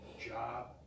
job